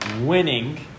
winning